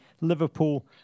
Liverpool